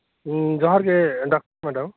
ᱦᱮᱸ ᱡᱚᱦᱟᱨ ᱜᱤ ᱰᱟᱠᱛᱟᱨ ᱢᱮᱰᱚᱢ